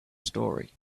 story